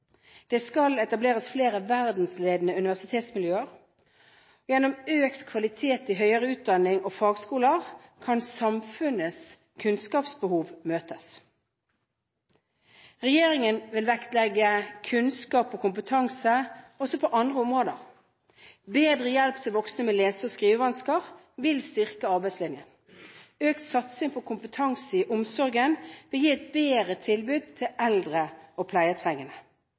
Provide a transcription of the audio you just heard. Det skal etableres flere verdensledende universitetsmiljøer. Gjennom økt kvalitet i høyere utdanning og fagskoler kan samfunnets kunnskapsbehov møtes. Regjeringen vil vektlegge kunnskap og kompetanse også på andre områder. Bedre hjelp til voksne med lese- og skrivevansker vil styrke arbeidslinjen. Økt satsing på kompetanse i omsorgen vil gi et bedre tilbud til eldre og pleietrengende.